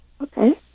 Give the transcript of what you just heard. Okay